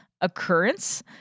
occurrence